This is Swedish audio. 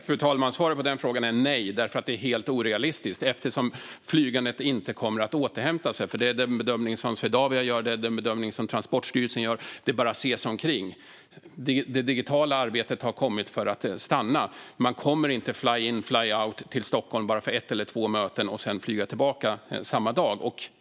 Fru talman! Svaret på den frågan är nej därför att det är helt orealistiskt eftersom flygandet inte kommer att återhämta sig. Det är den bedömning som Swedavia gör, och det är den bedömning som Transportstyrelsen gör. Det är bara att se sig omkring. Det digitala arbetet har kommit för att stanna. Man kommer inte att fly in, fly out till Stockholm bara för ett eller två möten samma dag.